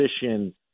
position